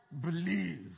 believe